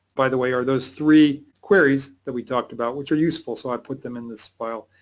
by the way, are those three queries that we talked about, which are useful, so i put them in this file.